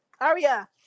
aria